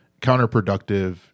counterproductive